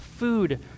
food